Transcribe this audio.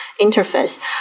interface